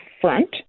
front